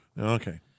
Okay